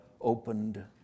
opened